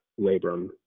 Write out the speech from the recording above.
labrum